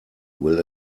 will